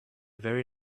very